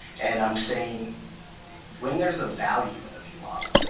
and i'm saying when there's a value in the viewmodel.